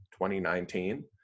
2019